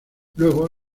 luego